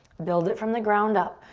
build it from the ground up.